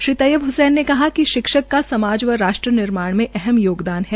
श्री तैयब हसैन ने कहा कि शिक्षक का समाज व राष्ट्र निर्माण में अहम योगदान है